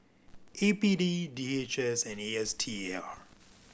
A P D D H S and A S T A R